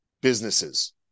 businesses